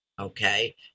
okay